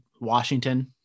Washington